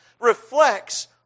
reflects